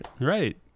Right